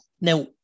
Now